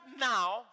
now